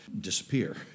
disappear